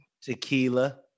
Tequila